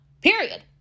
period